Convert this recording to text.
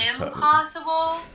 Impossible